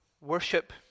worship